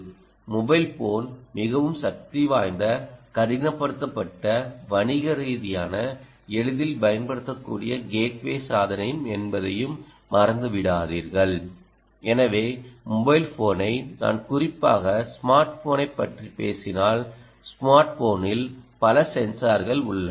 mobile phone மிகவும் சக்திவாய்ந்த கடினப்படுத்தப்பட்ட வணிகரீதியான எளிதில் பயன்படுத்தக்கூடிய கேட்வே சாதனம் என்பதையும் மறந்துவிடாதீர்கள் எனவே மொபைல் ஃபோனை நான் குறிப்பாக ஸ்மார்ட் போனைப் பற்றி பேசினால் ஸ்மார்ட் போனில் பல சென்சார்கள் உள்ளன